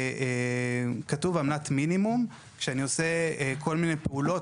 כתוב עמלת מינימום כשאני עושה כל מיני פעולות.